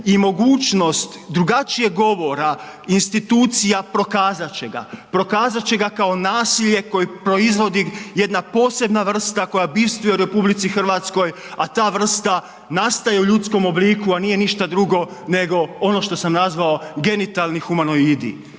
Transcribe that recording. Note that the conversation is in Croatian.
i mogućnost drugačijeg govora institucija prokazati će ga, prokazati će ga kao nasilje koje proizvodi jedna posebna vrsta koja .../Govornik se ne razumije./... u RH a ta vrsta nastaje u ljudskom obliku a nije ništa drugo nego ono što sam nazvao genitalni humanoidi.